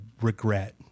regret